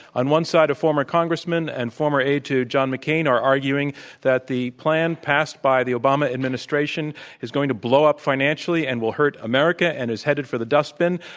on one side, a former congressman and former aide to john mccain are arguing that the plan passed by the obama administration is going to blow up financially and will hurt america and is headed for the dust bin.